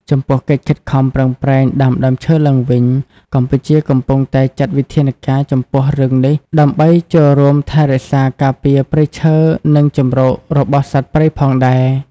ចំពោះកិច្ចខិតខំប្រឹងប្រែងដាំដើមឈើឡើងវិញ កម្ពុជាកំពុងតែចាត់វិធានការចំពោះរឿងនេះដើម្បីចូលរួមថែរក្សាការពារព្រៃឈើនិងជម្រករបស់សត្វព្រៃផងដែរ។